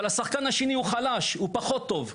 אבל השחקן השני הוא חלש, הוא פחות טוב,